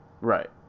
Right